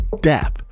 death